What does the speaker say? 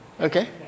Okay